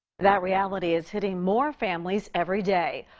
that reality is hitting more families everyday.